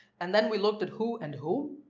and then we looked at who and whom.